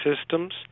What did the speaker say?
systems